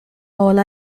all